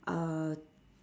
uh